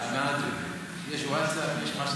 יש לך ווטסאפ?